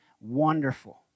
wonderful